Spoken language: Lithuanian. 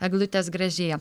eglutės gražėja